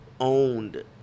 owned